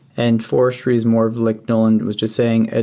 and forestry is more of like nolan was just saying,